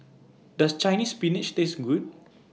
Does Chinese Spinach Taste Good